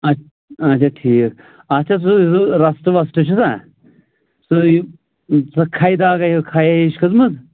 اچھا اچھا ٹھیٖک اَتھ چھا سُہ سُہ رَسٹ وَسٹ چھُنا سُے سۄ کھَے داغ سۄے کھَیا ہِش کٔھژمٕژ